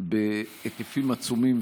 בהיקפים עצומים,